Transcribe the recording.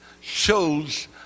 shows